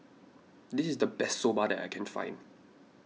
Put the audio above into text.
this is the best Soba that I can find